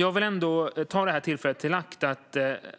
Jag vill ta det här tillfället i akt